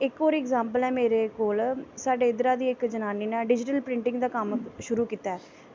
इक होर अगजैंपल ऐ मेरे कोल साढ़े इद्धरै दी इक जनानी नै डिज़टल प्रिंटिंग दा कम्म शुरु कीता ऐ